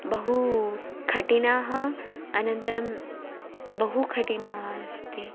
बहु कठिनम् अनन्तरं बहु कठिनम् अस्ति